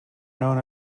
known